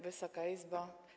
Wysoka Izbo!